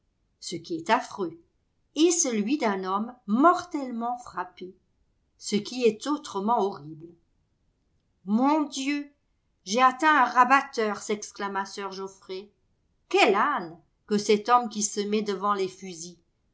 ce qui est affreux et celui d'un homme mortellement frappé ce qui est autrement horrible mon dieu j'ai atteint un rabatteur s'exclama sir geoffrey quel âne que cet homme qui se met devant les fusils